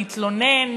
להתלונן,